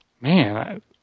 Man